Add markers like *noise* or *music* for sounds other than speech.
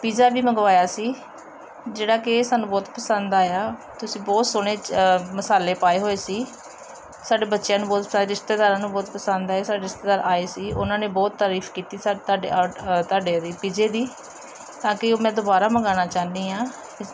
pizza ਵੀ ਮੰਗਵਾਇਆ ਸੀ ਜਿਹੜਾ ਕਿ ਸਾਨੂੰ ਬਹੁਤ ਪਸੰਦ ਆਇਆ ਤੁਸੀਂ ਬਹੁਤ ਸੋਹਣੇ ਮਸਾਲੇ ਪਾਏ ਹੋਏ ਸੀ ਸਾਡੇ ਬੱਚਿਆਂ ਨੂੰ ਬਹੁਤ *unintelligible* ਰਿਸ਼ਤੇਦਾਰਾਂ ਨੂੰ ਬਹੁਤ ਪਸੰਦ ਆਏ ਸਾਡੇ ਰਿਸ਼ਤੇਦਾਰ ਆਏ ਸੀ ਉਹਨਾਂ ਨੇ ਬਹੁਤ ਤਾਰੀਫ ਕੀਤੀ ਸਾਡ ਤੁਹਾਡੇ *unintelligible* ਤੁਹਾਡੇ ਉਹਦੀ ਪੀਜ਼ੇ ਦੀ ਤਾਂ ਕਿ ਉਹ ਮੈਂ ਦੁਬਾਰਾ ਮੰਗਵਾਉਣਾ ਚਾਹੁੰਦੀ ਹਾਂ